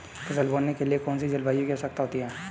फसल बोने के लिए कौन सी जलवायु की आवश्यकता होती है?